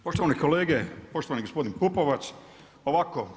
Poštovani kolege, poštovani gospodin Pupovac ovako.